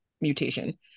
mutation